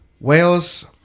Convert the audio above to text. Wales